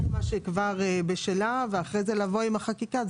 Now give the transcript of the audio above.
שהיא כבר בשלה ואחרי זה לבוא עם החקיקה?